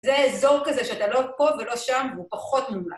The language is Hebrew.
זה אזור כזה שאתה לא פה ולא שם, הוא פחות נורא.